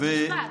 משפט.